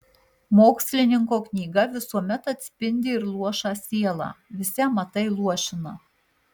mokslininko knyga visuomet atspindi ir luošą sielą visi amatai luošina